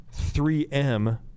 3M